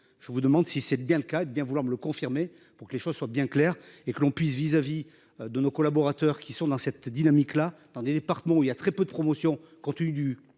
je vous demande si c'est bien le cas de bien vouloir me le confirmer pour que les choses soient bien claires et que l'on puisse vis-à-vis de nos collaborateurs qui sont dans cette dynamique-là dans des départements où il y a très peu de promotion, compte tenu du